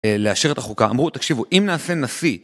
לאשר את החוקה, אמרו תקשיבו אם נעשה נשיא